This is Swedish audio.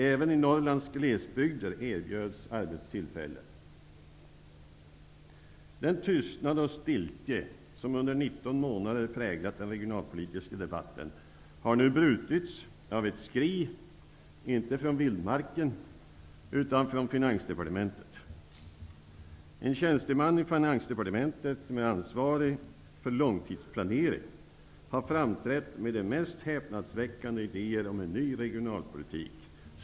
Även i Den tystnad och stiltje som under 19 månader präglat den regionalpolitiska debatten har nu brutits av ett skri, inte från vildmarken utan från Finansdepartementet, som är ansvarig för långtidsplanering, har framträtt med de mest häpnadsväckande idéer om en ny regionalpolitik.